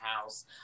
house